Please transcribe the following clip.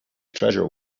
treasure